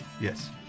Yes